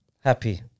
Happy